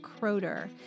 Croder